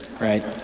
right